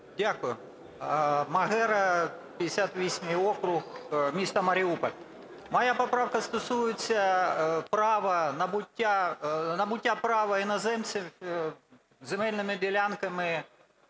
Дякую. Магера, 58 округ, місто Маріуполь. Моя поправка стосується права набуття… набуття права іноземців земельними ділянками.